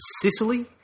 Sicily